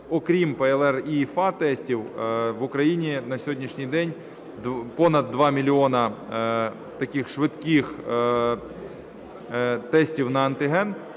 окрім ПЛР, ІФА-тестів, в Україні на сьогоднішній день понад 2 мільйона таких швидких тестів на антиген,